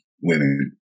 women